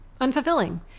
unfulfilling